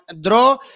draw